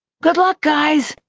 good luck, guys!